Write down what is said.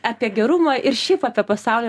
apie gerumą ir šiaip apie pasaulį